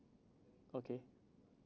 okay